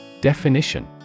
Definition